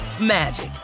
magic